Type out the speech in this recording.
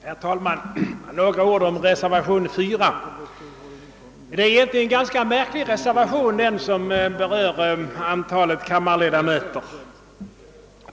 Herr talman! Några ord om reservation 4! Denna reservation, som berör antalet kammarledamöter, är egentligen ganska märklig.